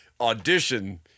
audition